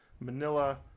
Manila